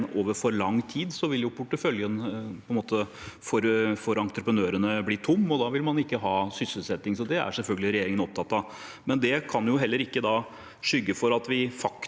over for lang tid, vil porteføljen for entreprenørene bli tom, og da vil man ikke ha sysselsetting. Det er selvfølgelig regjeringen opptatt av. Dette kan imidlertid ikke skygge for at den